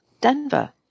Denver